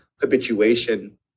habituation